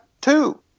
Two